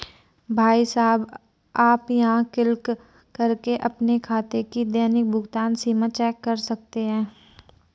भाई साहब आप यहाँ क्लिक करके अपने खाते की दैनिक भुगतान सीमा चेक कर सकते हैं